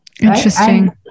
Interesting